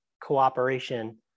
cooperation